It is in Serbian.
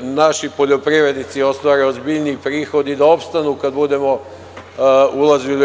naši poljoprivrednici ostvare ozbiljniji prihod i da opstanu kada budemo ulazili u EU.